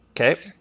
Okay